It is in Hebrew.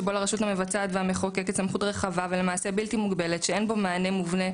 ישב בכלא והורשע הם אמרו,